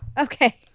Okay